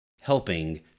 helping